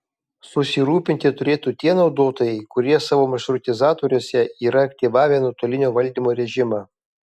susirūpinti turėtų tie naudotojai kurie savo maršrutizatoriuose yra aktyvavę nuotolinio valdymo režimą